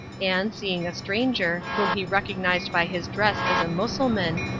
and, seeing a stranger, whom he recognised by his dress as a mussulman,